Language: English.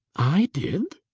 i did!